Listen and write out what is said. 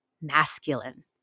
masculine